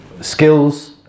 skills